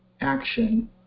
action